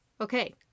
okay